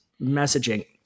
messaging